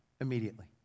Immediately